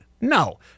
No